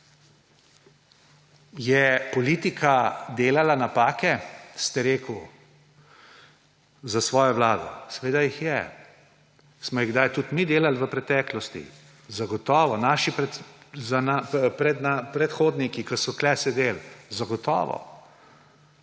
Je politika delala napake, ste rekli za svojo vlado. Seveda jih je, smo jih kdaj tudi mi delali v preteklosti. Zagotovo. Naši predhodniki, ki so tukaj sedeli, zagotovo.